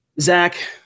Zach